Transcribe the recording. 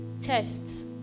tests